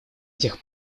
этих